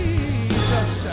Jesus